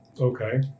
Okay